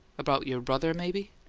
about your brother, maybe?